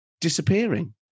disappearing